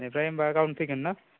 इनिफ्राय होनब्ला गाबोन फैगोनना